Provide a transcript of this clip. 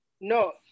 no